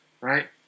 right